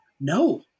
No